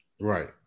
Right